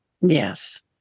Yes